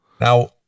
Now